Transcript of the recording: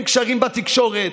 אין קשרים בתקשורת,